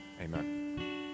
amen